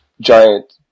giant